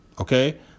Okay